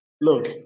look